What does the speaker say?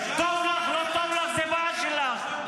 טוב לך, לא טוב לך, זו הבעיה שלך.